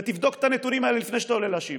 ותבדוק את הנתונים האלה לפני שאתה עולה להשיב: